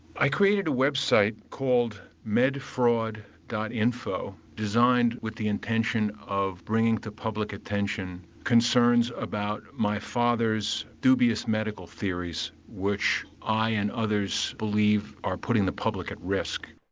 i created a website called medfraud. info designed with the intention of bringing to public attention concerns about my father's dubious medical theories which i and others believe are putting the public at risk.